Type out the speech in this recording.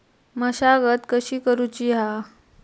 मशागत कशी करूची हा?